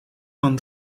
van